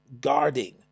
guarding